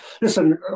listen